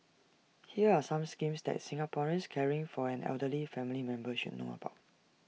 here are some schemes that Singaporeans caring for an elderly family member should know about